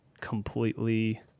Completely